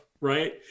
Right